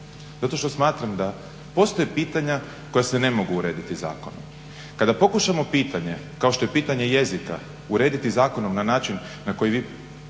Zato što smatram da postoje pitanja koja se ne mogu urediti zakonom. Kada pokušamo pitanje kao što je pitanje jezika urediti zakonom na način koji vi